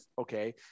Okay